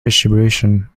distribution